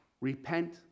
repent